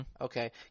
okay